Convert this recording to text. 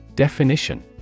Definition